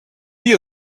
dia